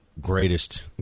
greatest